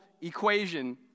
equation